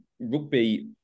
rugby